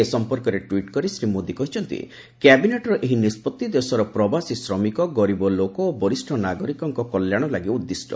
ଏ ସଂପର୍କରେ ଟ୍ୱିଟ୍ କରି ଶ୍ରୀ ମୋଦୀ କହିଛନ୍ତି କ୍ୟାବିନେଟ୍ର ଏହି ନିଷ୍କଭି ଦେଶର ପ୍ରବାସୀ ଶ୍ରମିକ ଗରିବ ଲୋକ ବରିଷ୍ଣ ନାଗରିକଙ୍କ କଲ୍ୟାଣ ଲାଗି ଉଦ୍ଦିଷ୍ଟ